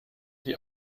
die